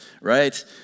right